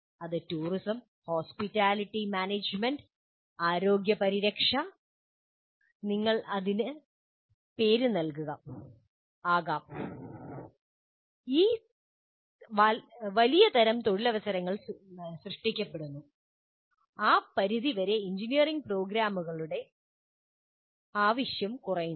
അത് tourism hospitality management ആരോഗ്യ പരിരക്ഷ നിങ്ങൾ ഇതിന് പേര് നൽകുക ആകാം വലിയ തരം തൊഴിലവസരങ്ങൾ സൃഷ്ടിക്കപ്പെടുന്നു ആ പരിധിവരെ എഞ്ചിനീയറിംഗ് പ്രോഗ്രാമുകളുടെ ആവശ്യം കുറയുന്നു